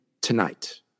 tonight